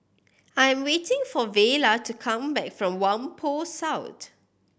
I'm waiting for Vela to come back from Whampoa South